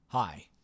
Hi